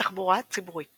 תחבורה ציבורית